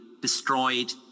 destroyed